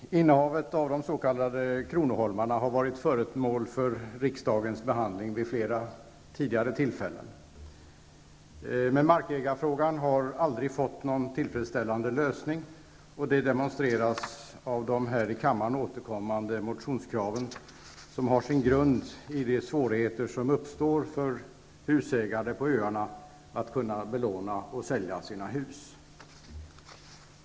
Herr talman! Innehavet av de s.k. kronoholmarna har varit föremål för riksdagens behandling vid flera tidigare tillfällen. Markägarfrågan har emellertid aldrig fått någon tillfredsställande lösning, och det demonstreras av de här i kammaren återkommande motionskraven, som har sin grund i svårigheterna för husägare på öarna att belåna eller sälja sina hus.